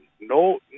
no